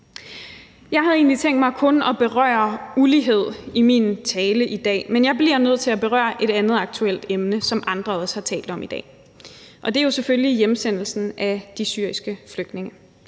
Jeg havde egentlig tænkt mig kun af berøre ulighed i min tale i dag, men jeg bliver nødt til at berøre et andet aktuelt emne, som andre også har talt om i dag, og det er selvfølgelig hjemsendelsen af de syriske flygtninge.